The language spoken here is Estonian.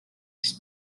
siis